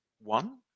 one